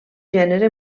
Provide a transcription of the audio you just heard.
gènere